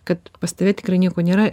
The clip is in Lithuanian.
kad pas tave tikrai nieko nėra